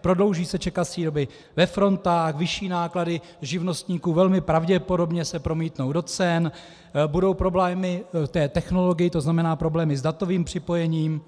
Prodlouží se čekací doby ve frontách, vyšší náklady živnostníků velmi pravděpodobně se promítnou do cen, budou problémy v technologii, to znamená problémy s datovým připojením,